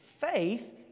faith